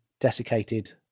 desiccated